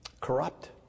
corrupt